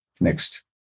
Next